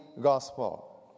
gospel